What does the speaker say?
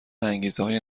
انگیزههای